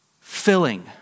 Filling